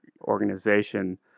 organization